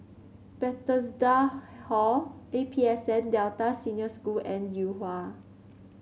Bethesda Hall A P S N Delta Senior School and Yuhua